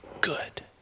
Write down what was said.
good